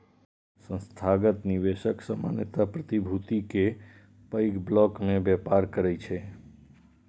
संस्थागत निवेशक सामान्यतः प्रतिभूति के पैघ ब्लॉक मे व्यापार करै छै